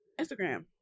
Instagram